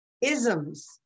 isms